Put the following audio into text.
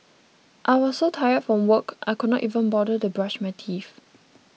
I was so tired from work I could not even bother to brush my teeth